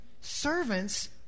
servants